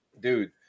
dude